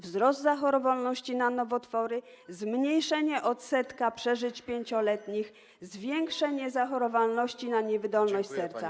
Wzrost zachorowalności na nowotwory, zmniejszenie odsetka przeżyć 5-letnich, zwiększenie zachorowalności na niewydolność serca.